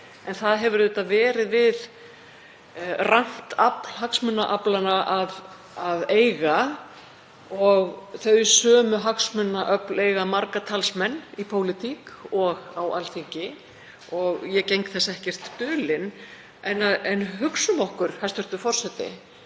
En það hefur auðvitað verið við römm hagsmunaöfl að eiga og þau sömu hagsmunaöfl eiga marga talsmenn í pólitík og á Alþingi og ég geng þess ekkert dulin. En hugsum okkur, hæstv. forseti,